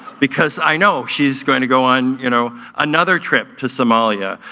because i know she's going to go on you know another trip to somalia,